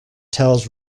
tells